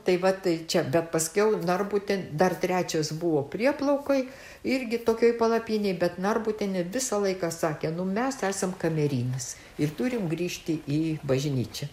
ntai va tai čia bet paskiau tai narbutien dar trečias buvo prieplaukoj irgi tokioj palapinėj bet norbutienė visą laiką sakė nu mes esam kamerinis ir turim grįžti į bažnyčią